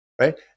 right